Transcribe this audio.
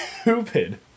stupid